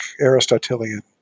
Aristotelian